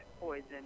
poison